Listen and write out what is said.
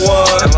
one